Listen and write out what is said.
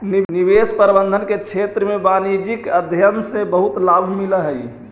निवेश प्रबंधन के क्षेत्र में वाणिज्यिक अध्ययन से बहुत लाभ मिलऽ हई